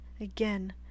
again